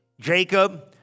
Jacob